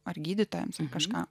ar gydytojas kažką